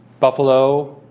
buffalo